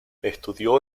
estudió